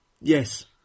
Yes